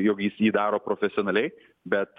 jog jis jį daro profesionaliai bet